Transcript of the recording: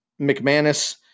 McManus